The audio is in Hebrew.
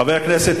חבר הכנסת